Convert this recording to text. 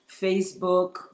facebook